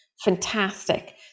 Fantastic